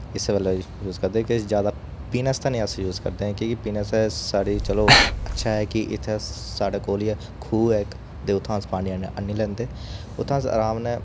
इस्से गल्ला यूज करदे कि जैदा पीने आस्तै निं अस यूज करदे ऐ कि के पीने आस्तै साढ़ी चलो अच्छा ऐ कि इत्थें साढ़े कोल खुह् ऐ इक उत्थां अस पानी आह्नी लैन्ने उत्थां अस अराम ने